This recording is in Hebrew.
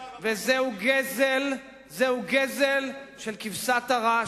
וזהו גזל של כבשת הרש,